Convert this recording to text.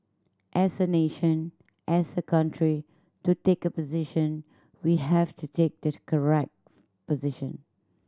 as a nation as a country to take a position we have to take the correct position